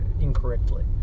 incorrectly